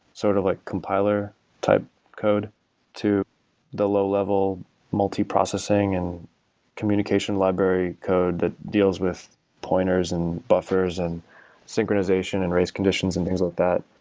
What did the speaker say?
sort of like compiler type code to the low-level multiprocessing and communication library code that deals with pointers and buffers and synchronization of race conditions and things like that.